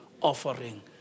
offering